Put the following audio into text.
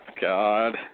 God